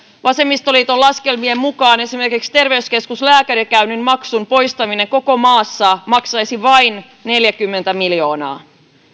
vasemmistoliiton laskelmien mukaan esimerkiksi terveyskeskuslääkärikäynnin maksun poistaminen koko maassa maksaisi vain neljäkymmentä miljoonaa